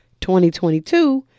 2022